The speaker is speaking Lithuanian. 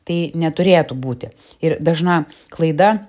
tai neturėtų būti ir dažna klaida